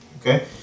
Okay